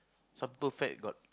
some people fat got